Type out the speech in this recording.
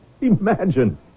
imagine